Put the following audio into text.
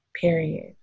Period